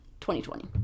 2020